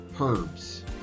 herbs